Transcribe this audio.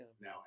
Now